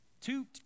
Two